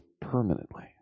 permanently